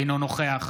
אינו נוכח